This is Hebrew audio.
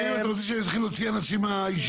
אתם רוצים שאני אתחיל להוציא אנשים מהישיבה?